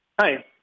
Hi